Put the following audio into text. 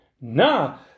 Now